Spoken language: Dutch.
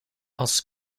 als